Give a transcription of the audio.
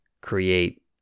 create